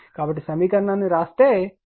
కాబట్టి సమీకరణాన్ని వ్రాస్తే సమయం పడుతుంది